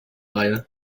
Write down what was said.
reihe